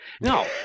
No